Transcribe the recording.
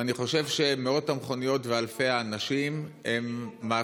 ואני חושב שמאות המכוניות ואלפי האנשים מאפשרים